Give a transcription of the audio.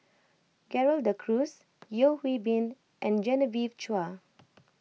Gerald De Cruz Yeo Hwee Bin and Genevieve Chua